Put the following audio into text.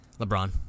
LeBron